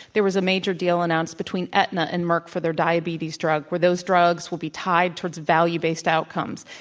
there was a major deal announced between aetna and merck for their diabetes drug, where those drugs will be tied towards value-based outcomes.